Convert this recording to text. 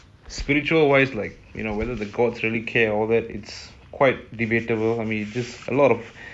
spiritual wise like you know whether the gods really care and all that its quite debatable its a lot of